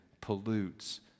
pollutes